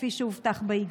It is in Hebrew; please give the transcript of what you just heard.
כפי שהובטח באגרת?